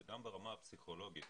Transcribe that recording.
זה גם ברמה הפסיכולוגית,